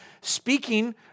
speaking